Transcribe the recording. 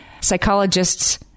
psychologists